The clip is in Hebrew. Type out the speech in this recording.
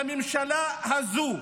בממשלה הזאת,